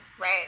right